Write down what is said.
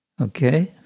Okay